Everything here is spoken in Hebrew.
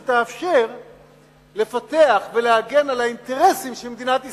דינמיות שתאפשר לפתח ולהגן על האינטרסים של מדינת ישראל.